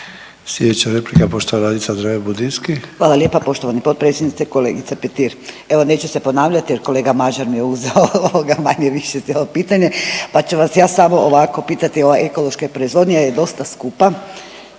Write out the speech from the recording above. lijepa poštovani potpredsjedniče. Kolegice Petir. Evo, neću se ponavljati jer kolega Mažar mi je uzeo ovoga manje-više cijelo pitanje, pa ću vas samo ovako pitati ova ekološka proizvodnja je dosta skupa